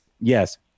Yes